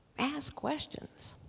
ask questions.